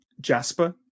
Jasper